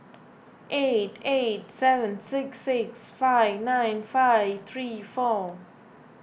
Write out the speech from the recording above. eight eight seven six six five nine five three four